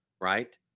right